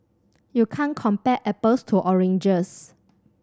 you can't compare apples to oranges